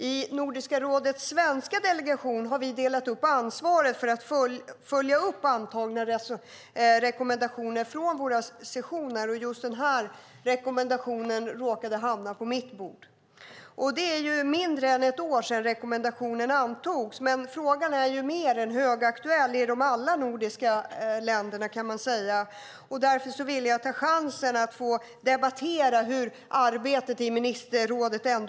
I Nordiska rådets svenska delegation har vi delat upp ansvaret för att följa upp antagna rekommendationer från våra sessioner, och just denna rekommendation råkade hamna på mitt bord. Det är mindre än ett år sedan rekommendationen antogs, men frågan är högaktuell i alla de nordiska länderna. Därför ville jag ta chansen att debattera hur arbetet i ministerrådet går.